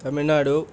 Tamil Nadu